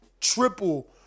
triple